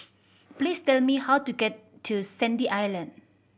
please tell me how to get to Sandy Island